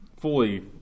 fully